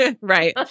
right